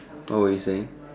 what were you saying